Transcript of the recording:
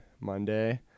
monday